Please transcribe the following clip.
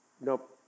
nope